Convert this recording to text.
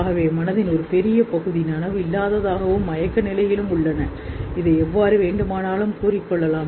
எனவே மனதின் பெரும்பகுதி ஆழ் உணர்வு அல்லது நீங்கள் எதை அழைக்க விரும்பினாலும் மயக்கமடைகிறது